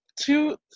two